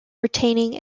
retaining